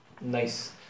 nice